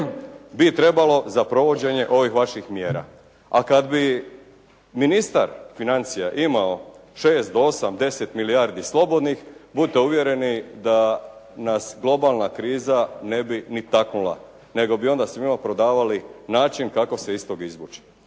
bi trebalo za provođenje ovih vaših mjera. A kad bi ministar financija imao 6 do 8, 10 milijardi slobodnih budite uvjereni da nas globalna kriza ne bi ni taknula. Nego bi onda svima prodavali način kako se iz tog izvući.